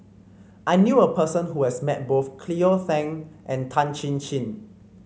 I knew a person who has met both Cleo Thang and Tan Chin Chin